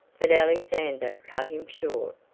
but alexander cut him short.